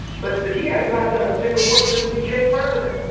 but but he has not done a single one since he became president.